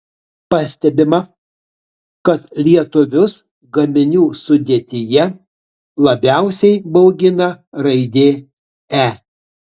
pastebima kad lietuvius gaminių sudėtyje labiausiai baugina raidė e